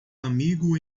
amigo